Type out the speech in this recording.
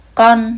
con